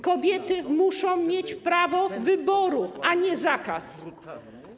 Kobiety muszą mieć prawo wyboru, a nie zakaz.